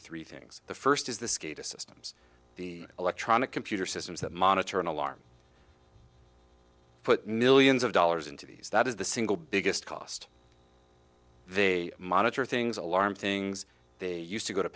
three things the first is the skate a systems the electronic computer systems that monitor and alarm put millions of dollars into these that is the single biggest cost they monitor things alarm things they used to go to